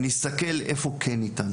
ונסתכל איפה כן ניתן.